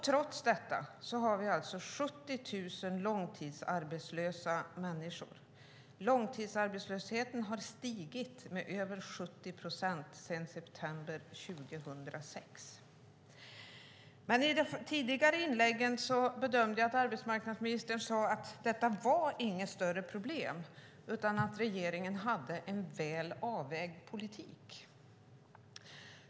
Trots detta finns 70 000 långtidsarbetslösa människor. Långtidsarbetslösheten har stigit med över 70 procent sedan september 2006. I de tidigare inläggen sade arbetsmarknadsministern att det inte var något större problem utan att regeringen hade en väl avvägd politik.